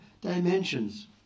dimensions